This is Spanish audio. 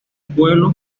pueblo